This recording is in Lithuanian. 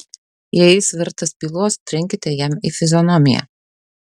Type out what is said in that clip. jei jis vertas pylos trenkite jam į fizionomiją